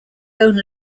own